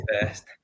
first